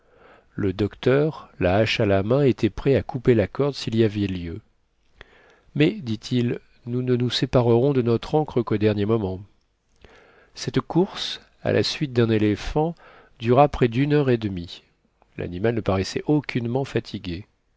le docteur la hache à la main était prêt à couper la corde s'il y avait lieu mais dit-il nous ne nous séparerons de notre ancre qu'au dernier moment cette course à la suite d'un éléphant dura prés d'une heure et demie l'animal ne paraissait aucunement fatigué